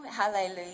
Hallelujah